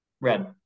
Red